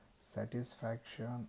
satisfaction